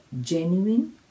genuine